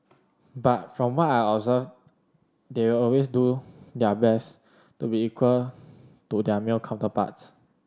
but from what I observed they will always do their best to be equal to their male counterparts